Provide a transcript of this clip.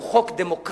הוא חוק דמוקרטי,